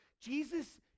Jesus